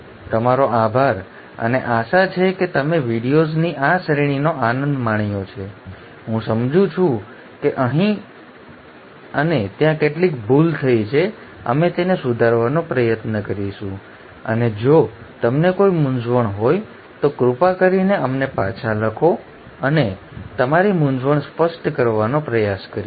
તેથી તમારો આભાર અને આશા છે કે તમે વિડિઓઝની આ શ્રેણીનો આનંદ માણ્યો હશે હું સમજું છું કે અહીં અને ત્યાં કેટલીક ભૂલો થઈ છે અમે તેને સુધારવાનો પ્રયાસ કરીશું અને જો તમને કોઈ મૂંઝવણ હોય તો કૃપા કરીને અમને પાછા લખો અને અમે તમારી મૂંઝવણો સ્પષ્ટ કરવાનો પ્રયાસ કરીશું